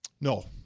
No